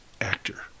Actor